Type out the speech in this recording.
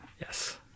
yes